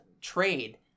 trade